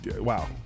Wow